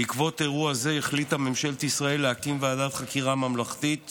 בעקבות אירוע זה החליטה ממשלת ישראל להקים ועדת חקירה ממלכתית